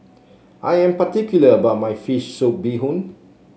I am particular about my fish soup Bee Hoon